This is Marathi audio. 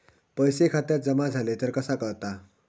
पैसे खात्यात जमा झाले तर कसा कळता?